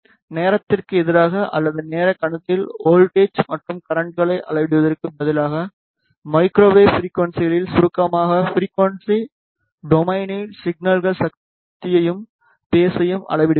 நேரத்திற்கு எதிராக அல்லது நேர களத்தில் வோல்ட்டேஜ் மற்றும் கரண்ட்களை அளவிடுவதற்கு பதிலாக மைக்ரோவேவ் ஃபிரிக்குவன்ஸிகளில் சுருக்கமாக ஃபிரிக்குவன்ஸி டொமைனில் சிக்னல் சக்தியையும் பேஸையும் அளவிடுகிறோம்